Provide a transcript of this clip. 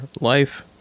life